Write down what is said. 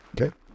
okay